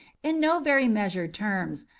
in no very measured terms,